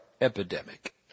epidemic